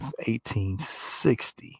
1860